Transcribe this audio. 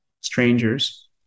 strangers